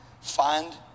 Find